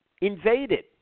invaded